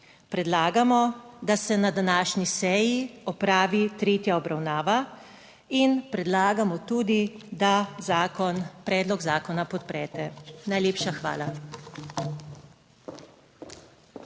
predlagamo, da se na današnji seji opravi tretja obravnava in predlagamo tudi, da zakon, predlog zakona podprete. Najlepša hvala.